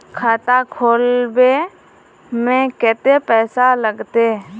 खाता खोलबे में कते पैसा लगते?